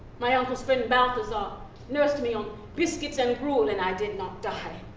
my uncle's friend balthazar nursed me on biscuits and gruel and i did not die,